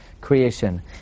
creation